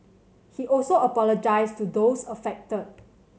he also apologised to those affected